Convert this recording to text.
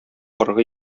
аргы